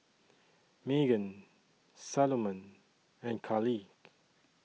Magan Salomon and Carleigh